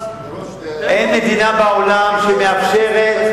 אין מדינה בעולם שמאפשרת,